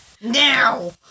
now